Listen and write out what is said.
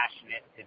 passionate